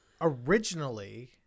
originally